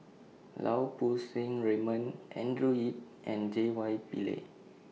Lau Poo Seng Raymond Andrew Yip and J Y Pillay